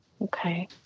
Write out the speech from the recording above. Okay